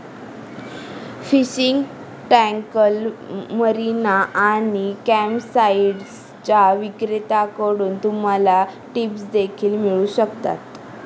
fishing tackle, marina आणि कॅम्पसाइट्सच्या विक्रेत्यांकडून तुम्हाला टिप्स देखील मिळू शकतात